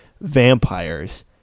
vampires